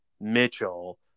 mitchell